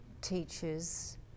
teachers